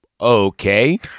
okay